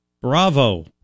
Bravo